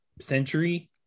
century